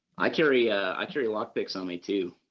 i carry i carry lock picks on me too,